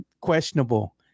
questionable